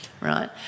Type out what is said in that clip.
right